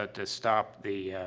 ah to stop the,